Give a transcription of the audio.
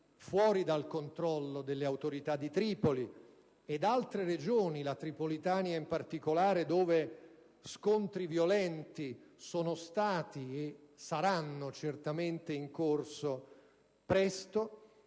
fuori dal controllo delle autorità di Tripoli e con altre regioni (la Tripolitania, in particolare, dove scontri violenti ci sono stati e saranno certamente in corso presto),